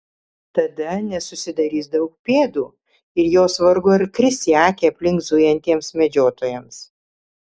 tada nesusidarys daug pėdų ir jos vargu ar kris į akį aplink zujantiems medžiotojams